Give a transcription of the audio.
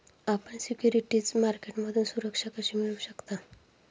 आपण सिक्युरिटीज मार्केटमधून सुरक्षा कशी मिळवू शकता?